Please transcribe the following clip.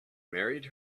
married